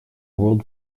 world